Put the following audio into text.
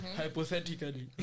hypothetically